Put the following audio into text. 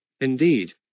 Indeed